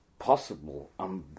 possible